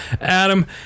Adam